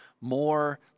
more